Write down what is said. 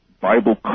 Bible